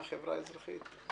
מהחברה האזרחית?